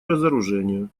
разоружению